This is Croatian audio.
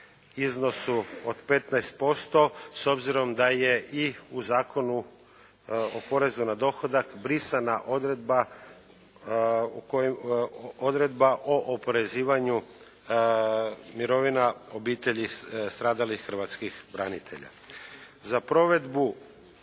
iznosu od 15% s obzirom da je i u Zakonu o porezu na dohodak brisana odredba o oporezivanju mirovina obitelji stradalih hrvatskih branitelja. Za provedbu